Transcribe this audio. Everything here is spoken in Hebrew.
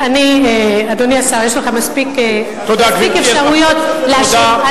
אדוני השר, יש לך מספיק אפשרויות להשיב.